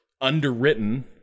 underwritten